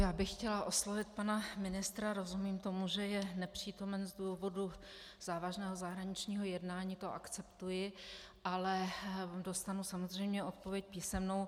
Já bych chtěla oslovit pana ministra, rozumím tomu, že je nepřítomen z důvodu závažného zahraničního jednání, to akceptuji, ale dostanu samozřejmě odpověď písemnou.